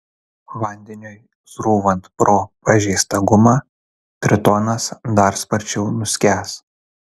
vandeniui srūvant pro pažeistą gumą tritonas dar sparčiau nuskęs